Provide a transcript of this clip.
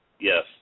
Yes